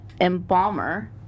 embalmer